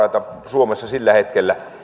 suomessa sillä hetkellä